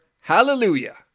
Hallelujah